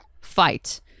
fight